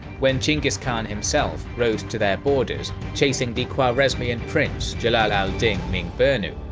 when chinggis khan himself rode to their borders chasing the khwarezmian prince jalal ad-din mingburnu,